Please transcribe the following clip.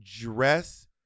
dress